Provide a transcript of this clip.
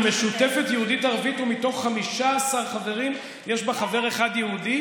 היא משותפת יהודית-ערבית ומתוך 15 חברים יש בה חבר אחד יהודי?